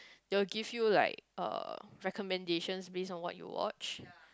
they will give you like uh recommendations based on what you watch